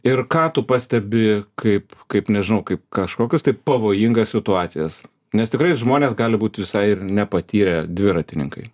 ir ką tu pastebi kaip kaip nežinau kaip kažkokius tai pavojingas situacijas nes tikrai žmonės gali būt visai ir nepatyrę dviratininkai